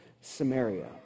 Samaria